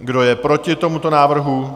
Kdo je proti tomuto návrhu?